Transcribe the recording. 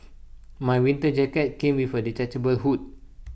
my winter jacket came with A detachable hood